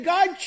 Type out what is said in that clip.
God